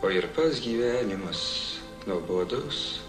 o ir pats gyvenimas nuobodus